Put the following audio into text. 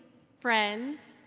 friends,